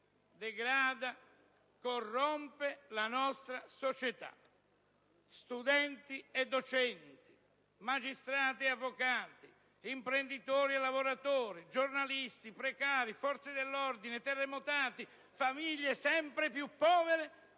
degrada, corrompe la nostra società. Studenti e docenti, magistrati ed avvocati, imprenditori e lavoratori, giornalisti, precari, forze dell'ordine, terremotati, famiglie sempre più povere